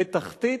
בתחתית,